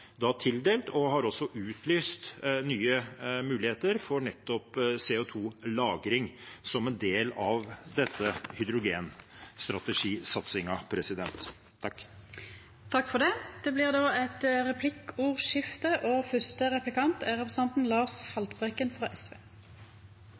tildelt og har også utlyst nye muligheter for nettopp CO 2 -lagring som en del av